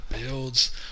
builds